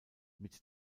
mit